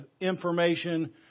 information